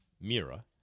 Mira